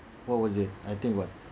what was it I think what